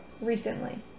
recently